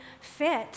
fit